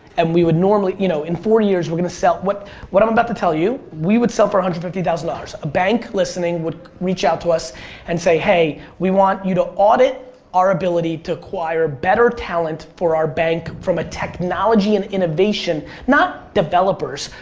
and we would normally. you know, in four years, we're going to sell. what what i'm about to tell you, we would sell for one hundred and fifty thousand dollars. a bank listening would reach out to us and say, hey. we want you to audit our ability to acquire better talent for our bank from a technology and innovation. not developers,